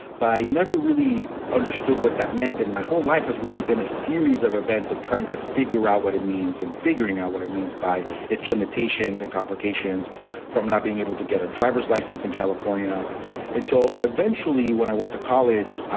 i never really understood what that meant in my whole life has really been a series of events of trying to figure out what it means and figuring out what it means by its limitations and complications from not being able to get a driver's license in california until eventually when i went to college.